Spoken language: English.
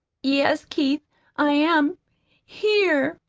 yes, keith i am here.